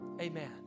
Amen